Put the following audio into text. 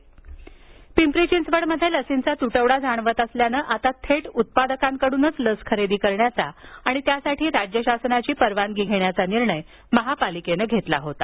पिंपरी चिंचवड पिंपरी चिंचवडमध्ये लसींचा तुटवडा जाणवत असल्याने आता थेट उत्पादकाकडून लस खरेदी करण्याचा आणि त्यासाठी राज्य शासनाची परवानगी घेण्याचा निर्णय महापालिकेनं घेतला होता